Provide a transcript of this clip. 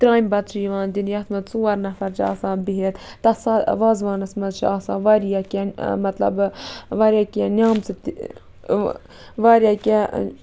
ترٲمہِ بَتہٕ چھِ یِوان دِنہٕ یَتھ منٛز ژور نفر چھِ آسان بِہتھ تَتھ وازوانَس منٛز چھُ واریاہ کیٚنہہ مطلب واریاہ کیٚنہہ نیمژٕ تہِ واریاہ کیٚنہہ